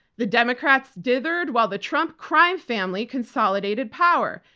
the democrats dithered while the trump crime family consolidated power.